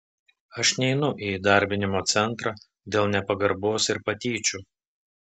aš neinu į įdarbinimo centrą dėl nepagarbos ir patyčių